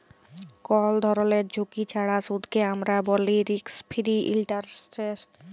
call ধরলের ঝুঁকি ছাড়া সুদকে আমরা ব্যলি রিস্ক ফিরি ইলটারেস্ট